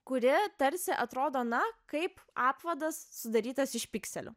kuri tarsi atrodo na kaip apvadas sudarytas iš pikselių